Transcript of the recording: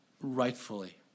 rightfully